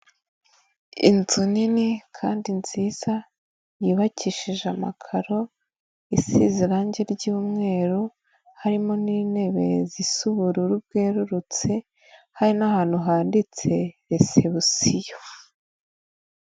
Inzu nini kandi nziza yubakishije amakaro, isize irangi ry'mweru, harimo n'intebe zisa ubururu bwerurutse, hari n'ahantu handitse resebusiyo.